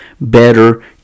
better